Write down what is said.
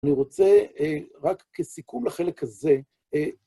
אני רוצה, רק כסיכום לחלק הזה,